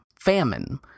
famine